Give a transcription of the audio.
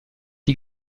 die